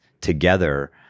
together